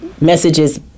messages